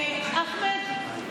ואחמד,